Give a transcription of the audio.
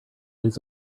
does